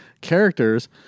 characters